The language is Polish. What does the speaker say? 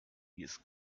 jest